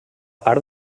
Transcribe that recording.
part